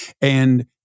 And-